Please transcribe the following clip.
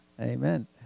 Amen